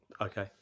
Okay